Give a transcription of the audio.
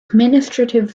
administrative